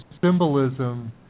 symbolism